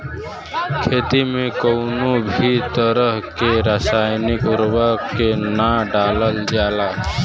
खेती में कउनो भी तरह के रासायनिक उर्वरक के ना डालल जाला